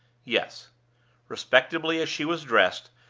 yes respectably as she was dressed,